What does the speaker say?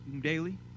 daily